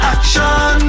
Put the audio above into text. Action